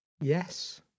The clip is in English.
Yes